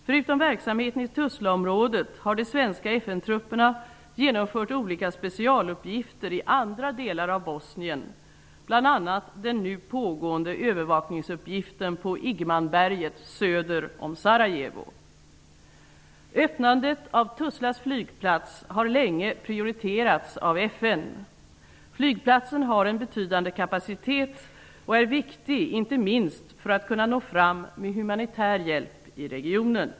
Förutom verksamhet i Tuzlaområdet har de svenska FN-trupperna genomfört olika specialuppgifter i andra delar av Bosnien, bl.a. den nu pågående övervakningsuppgiften på Öppnandet av Tuzla flygplats har länge prioriterats av FN. Flygplatsen har en betydande kapacitet och är viktig inte minst för att man skall kunna nå fram med humanitär hjälp i regionen.